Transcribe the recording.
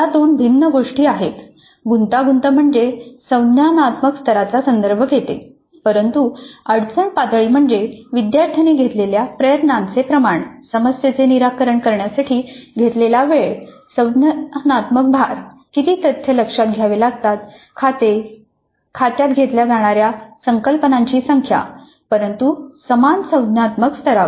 या दोन भिन्न गोष्टी आहेत गुंतागुंत म्हणजे संज्ञानात्मक स्तराचा संदर्भ घेते परंतु अडचण पातळी म्हणजे विद्यार्थ्याने घेतलेल्या प्रयत्नांचे प्रमाण समस्येचे निराकरण करण्यासाठी घेतलेला वेळ संज्ञानात्मक भार किती तथ्य लक्षात घ्यावे लागतात खाते खात्यात घेतल्या जाणाऱ्या संकल्पनांची संख्या परंतु समान संज्ञानात्मक स्तरावर